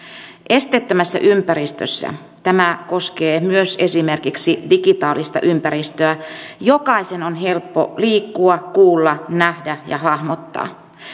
esteettömässä ympäristössä tämä koskee myös esimerkiksi digitaalista ympäristöä jokaisen on helppo liikkua kuulla nähdä ja hahmottaa